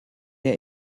der